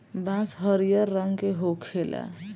बांस हरियर रंग के होखेला